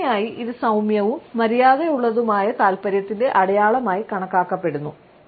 സാധാരണയായി ഇത് സൌമ്യവും മര്യാദയുള്ളതുമായ താൽപ്പര്യത്തിന്റെ അടയാളമായി കണക്കാക്കപ്പെടുന്നു